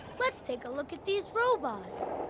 let's take a look at these robots!